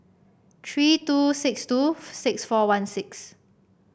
three two six two six four one six